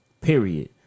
period